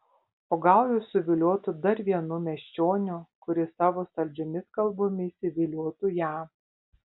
o gal ji susiviliotų dar vienu miesčioniu kuris savo saldžiomis kalbomis įviliotų ją